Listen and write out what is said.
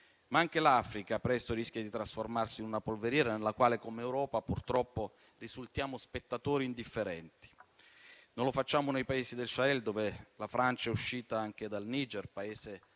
Ma anche l'Africa rischia di trasformarsi presto in una polveriera, nella quale come Europa, purtroppo, risultiamo spettatori indifferenti. Non lo facciamo nei Paesi del Sahel, dove la Francia è uscita anche dal Niger, Paese